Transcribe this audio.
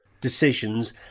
decisions